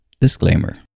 Disclaimer